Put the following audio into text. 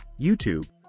YouTube